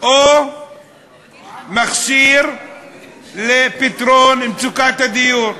או מכשיר לפתרון מצוקת הדיור?